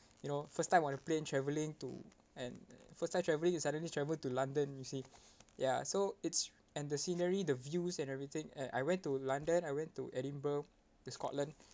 you know first time on a plane travelling to and first time travelling and suddenly travel to london you see ya so it's and the scenery the views and everything and I went to london I went to edinburgh to scotland